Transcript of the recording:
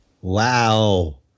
Wow